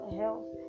health